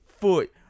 foot